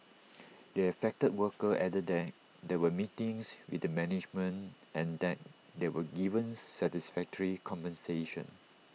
the affected worker added that there were meetings with the management and that they were given satisfactory compensation